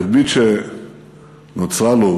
התדמית שנוצרה לו